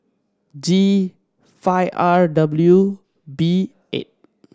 G five R W B eight